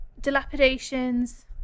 dilapidations